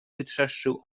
wytrzeszczył